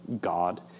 God